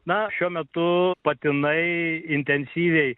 na šiuo metu patinai intensyviai